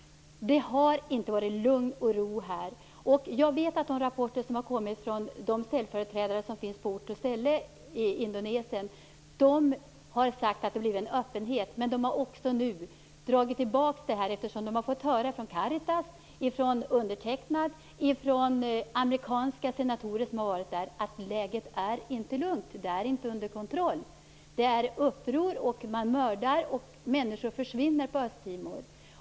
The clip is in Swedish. Det har inte varit lugn och ro här. Jag vet att ställföreträdarna på ort och ställe i Indonesien har rapporterat om att det blivit en öppenhet, men de har också nu tagit tillbaka detta sedan de fått höra från Caritas, från undertecknad och från amerikanska senatorer som varit där att läget inte är lugnt. Läget är inte under kontroll. Det är uppror. Människor mördas och försvinner på Östtimor.